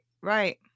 Right